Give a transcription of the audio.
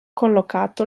collocato